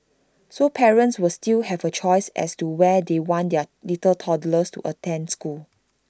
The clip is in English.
so parents will still have A choice as to where they want their little toddlers to attend school